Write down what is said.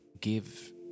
Give